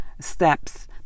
steps